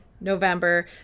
November